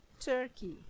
Turkey